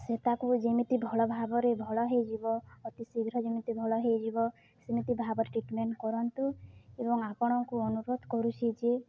ସେ ତାକୁ ଯେମିତି ଭଲ ଭାବରେ ଭଲ ହୋଇଯିବ ଅତି ଶୀଘ୍ର ଯେମିତି ଭଲ ହୋଇଯିବ ସେମିତି ଭାବରେ ଟ୍ରିଟମେଣ୍ଟ କରନ୍ତୁ ଏବଂ ଆପଣଙ୍କୁ ଅନୁରୋଧ କରୁଛି ଯେ